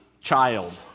child